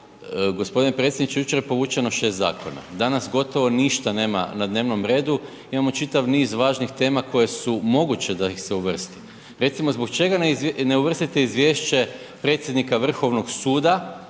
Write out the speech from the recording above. gospodine predsjedniče jučer je povučeno šest zakona, danas gotovo ništa nema na dnevnom redu. Imamo čitav niz važnih tema koje su moguće da ih se uvrsti. Recimo zbog čega ne uvrstite izvješće predsjednika Vrhovnog suda